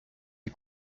ses